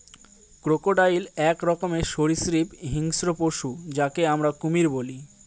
crocodile এক রকমের সরীসৃপ হিংস্র পশু যাকে আমরা কুমির বলি